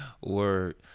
Word